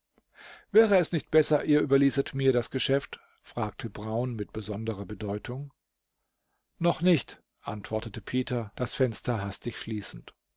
wäre es nicht besser ihr überließet mir das geschäft fragte brown mit besonderer bedeutung noch nicht antwortete peter das fenster hastig schließend